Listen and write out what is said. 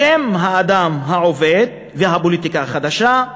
בשם האדם העובד והפוליטיקה החדשה,